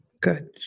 good